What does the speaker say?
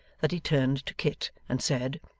that he turned to kit and said